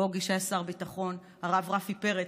בוגי, שהיה שר ביטחון, הרב רפי פרץ,